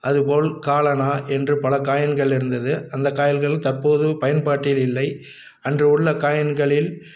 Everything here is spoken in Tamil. அதுபோல் காலணா என்று பல காயின்கள் இருந்தது அந்த காயின்கள் தற்போது பயன்பாட்டில் இல்லை அன்று உள்ள காயின்களில்